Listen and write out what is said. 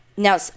Now